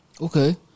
Okay